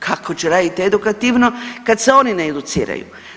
Kako će radit edukativno kad se oni ne educiraju.